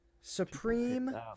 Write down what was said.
Supreme